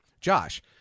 Josh